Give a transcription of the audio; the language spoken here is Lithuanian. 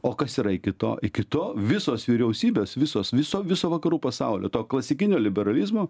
o kas yra kito iki to visos vyriausybės visos viso viso vakarų pasaulio to klasikinio liberalizmo